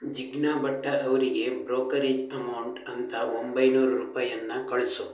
ಜಿಗ್ನಾ ಭಟ್ಟ ಅವರಿಗೆ brokerage amount ಅಂತ ಒಂಬೈನೂರು ರೂಪಾಯನ್ನ ಕಳಿಸು